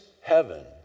heaven